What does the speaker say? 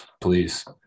please